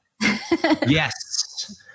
Yes